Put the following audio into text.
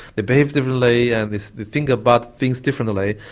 they behave differently and they think about things differently.